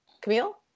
Camille